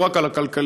לא רק על הכלכליים.